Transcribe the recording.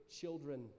children